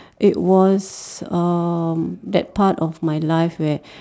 it was um that part of my life where